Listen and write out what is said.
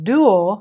Duo